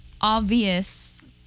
obvious